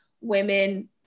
women